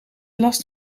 last